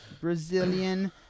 Brazilian